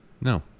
No